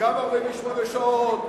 וגם 48 שעות,